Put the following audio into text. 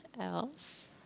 else